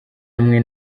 amwe